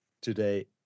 Today